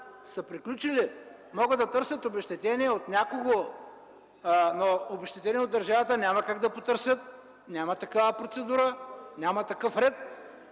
са приключили. Могат да търсят обезщетение от някого, но обезщетение от държавата няма как да потърсят, няма такава процедура и такъв ред.